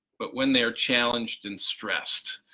but when they are challenged and stressed,